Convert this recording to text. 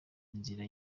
inzira